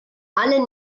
alle